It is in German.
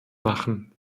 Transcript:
machen